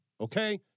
okay